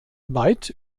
weit